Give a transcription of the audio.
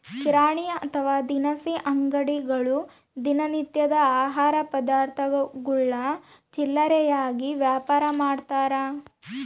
ಕಿರಾಣಿ ಅಥವಾ ದಿನಸಿ ಅಂಗಡಿಗಳು ದಿನ ನಿತ್ಯದ ಆಹಾರ ಪದಾರ್ಥಗುಳ್ನ ಚಿಲ್ಲರೆಯಾಗಿ ವ್ಯಾಪಾರಮಾಡ್ತಾರ